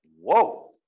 whoa